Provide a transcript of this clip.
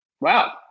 wow